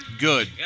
good